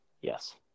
Yes